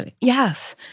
Yes